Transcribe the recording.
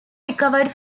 recovered